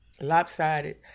lopsided